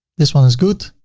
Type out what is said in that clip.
this one is good.